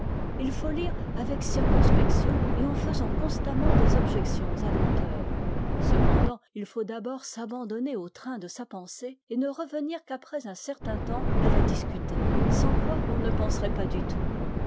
il faut lire avec circonspection et en faisant constamment des objections à l'auteur cependant il faut d'abord s'abandonner au train de sa pensée et ne revenir qu'après un certain temps à la discuter sans quoi l'on ne penserait pas du tout